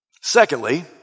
Secondly